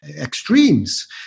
extremes